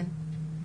כן.